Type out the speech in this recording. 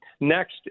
Next